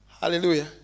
Hallelujah